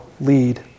lead